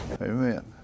Amen